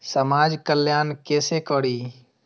समाज कल्याण केसे करी?